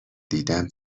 دیدم